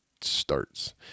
starts